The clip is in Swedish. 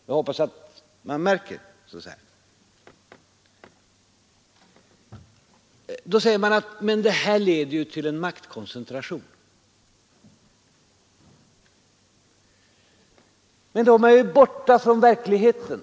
Ni säger att det leder till en maktkoncentration om arbetstagarna får ökat inflytande. Men då är ni borta från verkligheten!